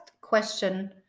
question